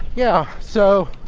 yeah. so